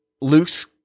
Luke's